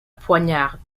poignarde